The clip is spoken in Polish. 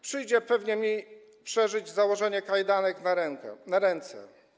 Przyjdzie pewnie mi przeżyć założenie kajdanek na ręce.